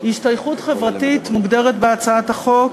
"השתייכות חברתית" מוגדרת בהצעת החוק